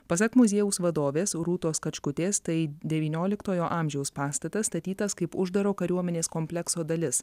pasak muziejaus vadovės rūtos kačkutės tai devynioliktojo amžiaus pastatas statytas kaip uždaro kariuomenės komplekso dalis